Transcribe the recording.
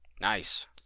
Nice